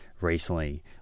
recently